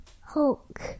Hulk